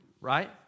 right